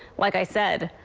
like i said,